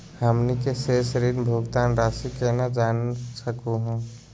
हमनी के शेष ऋण भुगतान रासी केना जान सकू हो?